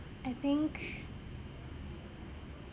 I think